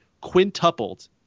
quintupled